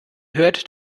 hört